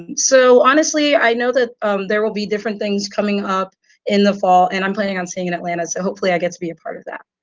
and so honestly, i know that there will be different things coming up in the fall and i'm planning on staying in atlanta, so hopefully i get to be a part of that.